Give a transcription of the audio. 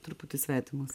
truputį svetimas